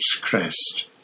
crest